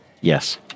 Yes